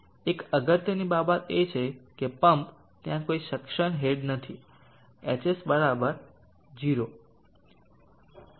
એક અગત્યની બાબત એ છે કે પમ્પ ત્યાં કોઈ સક્શન હેડ નથી hs 0